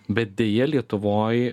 bet deja lietuvoj